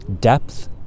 depth